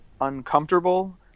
uncomfortable